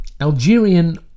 Algerian